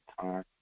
time